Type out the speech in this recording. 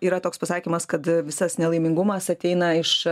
yra toks pasakymas kad visas nelaimingumas ateina iš